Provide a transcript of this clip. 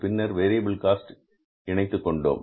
பின்னர் variable cost யும் இணைத்துக் கொண்டோம்